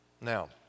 Now